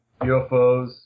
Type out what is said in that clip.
UFOs